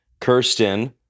Kirsten